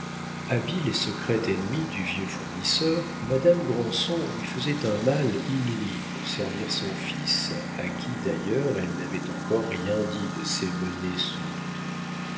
habile et secrète ennemie du vieux fournisseur madame granson lui faisait un mal inouï pour servir son fils à qui d'ailleurs elle n'avait encore rien dit de ses menées sourdes